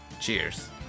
Cheers